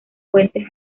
puentes